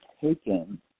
taken